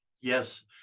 yes